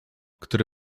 który